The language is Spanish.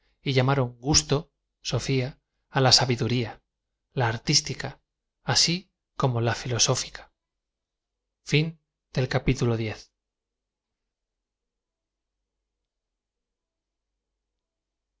y llam aron gusto sophia á la sabiduría la artistica asi como la filo